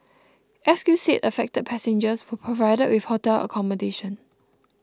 S Q said affected passengers were provided with hotel accommodation